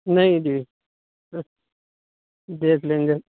نہیں جی دیکھ لیں گے